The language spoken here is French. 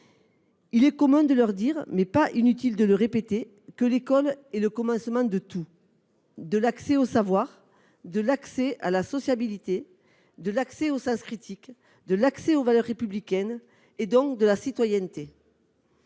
Il est commun de dire, mais il n’est pas inutile de répéter, que l’école est le commencement de tout : de l’accès aux savoirs, de l’accès à la sociabilité, de l’accès au sens critique, de l’accès aux valeurs républicaines, donc de la citoyenneté.